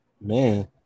Man